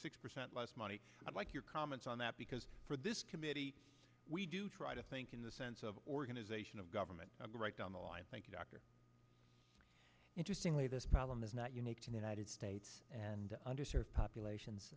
six percent less money i'd like your comments on that because for this committee we do try to think in the sense of organization of government go right down the line thank you doctor interestingly this problem is not unique to united states and under served populations